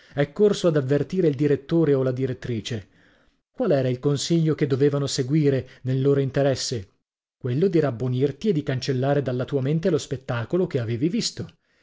è corso ad avvertire il direttore o la direttrice qual era il consiglio che dovevano seguire nel loro interesse quello di rabbonirti e di cancellare dalla tua mente lo spettacolo che avevi visto